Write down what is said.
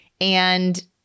And-